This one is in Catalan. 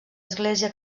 església